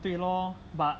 对 lor but